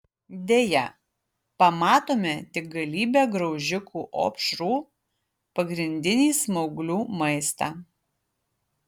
deja pamatome tik galybę graužikų opšrų pagrindinį smauglių maistą